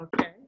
Okay